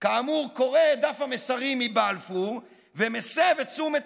כאמור קורא את דף המסרים מבלפור ומסב את תשומת